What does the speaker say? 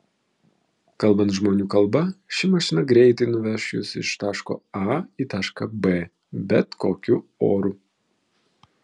kalbant žmonių kalba ši mašina greitai nuveš jus iš taško a į tašką b bet kokiu oru